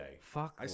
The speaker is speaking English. Fuck